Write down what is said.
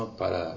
para